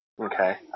Okay